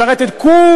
ישרת את כו-לם.